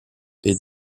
est